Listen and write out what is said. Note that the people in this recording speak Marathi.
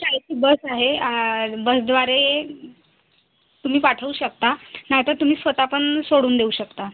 शाळेची बस आहे आ बसद्वारे तुम्ही पाठवू शकता नाहीतर तुम्ही स्वतः पण सोडून देऊ शकता